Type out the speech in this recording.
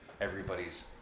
Everybody's